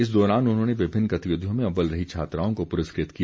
इस दौरान उन्होंने विभिन्न गतिविधियों में अव्वल रही छात्राओं को पुरस्कृत किया